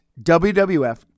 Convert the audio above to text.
WWF